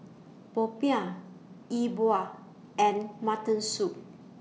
Popiah E Bua and Mutton Soup